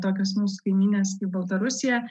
tokios mūsų kaimynės kaip baltarusija